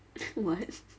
what